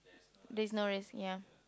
there's no risk ya